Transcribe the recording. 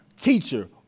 teacher